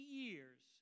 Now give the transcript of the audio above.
years